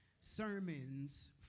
Sermons